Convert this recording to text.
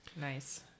Nice